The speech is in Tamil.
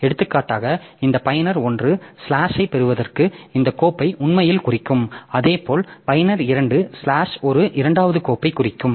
எடுத்துக்காட்டாக இந்த பயனர் 1 ஸ்லாஷைப் பெறுவதற்கு இந்த கோப்பை உண்மையில் குறிக்கும் அதேபோல் பயனர் 2 ஸ்லாஷ் ஒரு இரண்டாவது கோப்பைக் குறிக்கிறது